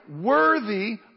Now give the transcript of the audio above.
worthy